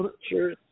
sure